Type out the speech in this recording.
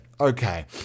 okay